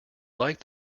like